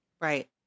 Right